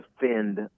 defend